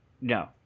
no